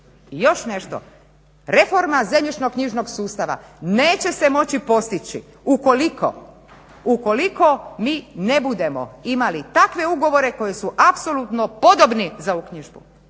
Još nešto reforma zemljišno-knjižnog sustava, neće se moći postići ukoliko mi ne budemo imali takve ugovore koji su apsolutno podobni za uknjižbu,